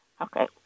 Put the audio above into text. Okay